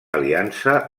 aliança